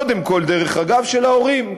קודם כול דרך הגב של ההורים,